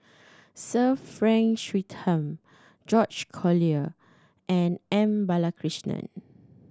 Sir Frank Swettenham George Collyer and M Balakrishnan